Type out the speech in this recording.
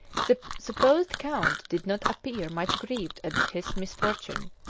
the supposed count did not appear much grieved at his misfortune,